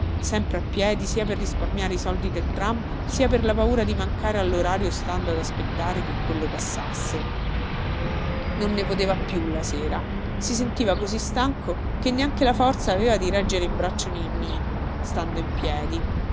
sempre a piedi sia per risparmiare i soldi del tram sia per la paura di mancare allorario stando ad aspettare che quello passasse non ne poteva più la sera si sentiva così stanco che neanche la forza aveva di reggere in braccio ninnì stando in piedi